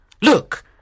Look